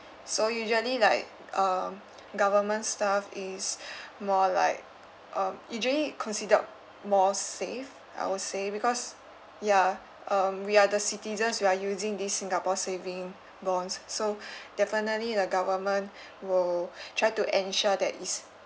so usually like um government stuff is more like um usually considered more safe I would say because ya um we are citizens we are using this singapore saving bonds so definitely the government will try to ensure that it's